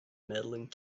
medaling